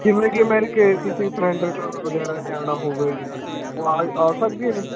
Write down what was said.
ਜਿਵੇਂ ਕਿ ਮੇਰੀ ਕਿਹੇ ਕਿਸੀ ਫ੍ਰੈਂਡ ਨੇ ਆਉਣਾ ਵਗੈਰਾ ਨੇ ਆਉਣਾ ਹੋਵੇ ਉਹ ਆ ਆ ਸਕਦੀਆਂ ਨੇ